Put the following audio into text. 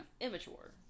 Immature